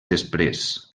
després